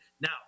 Now